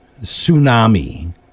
tsunami